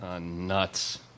Nuts